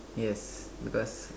yes because